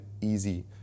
easy